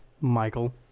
Michael